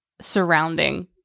surrounding